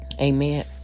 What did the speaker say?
Amen